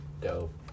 Dope